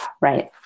Right